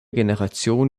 generation